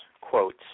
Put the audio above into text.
quotes